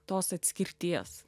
tos atskirties